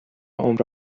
عمر